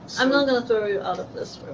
i'm not going to throw you out of this